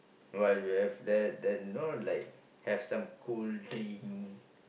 while you have that then you know like have some cool drink